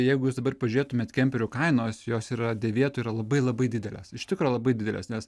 jeigu jūs dabar pažiūrėtumėt kemperių kainos jos yra dėvėtų yra labai labai didelės iš tikro labai didelės nes